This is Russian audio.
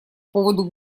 поводу